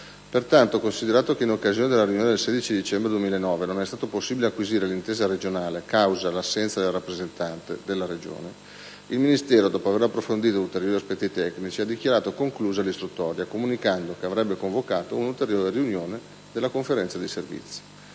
Pertanto, considerato che in occasione della riunione del 16 dicembre 2009 non è stato possibile acquisire l'intesa regionale, causa l'assenza del rappresentante regionale, il Ministero dello sviluppo economico, dopo aver approfondito ulteriori aspetti tecnici, ha dichiarato conclusa l'istruttoria comunicando che avrebbe convocato un'ulteriore riunione della Conferenza dei servizi.